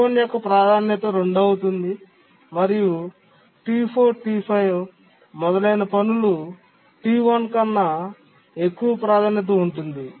T1 యొక్క ప్రాధాన్యత 2 అవుతుంది మరియు తరువాత T4 T5 మొదలైన పనులు T1 కన్నా ఎక్కువ ప్రాధాన్యత ఉంటుంది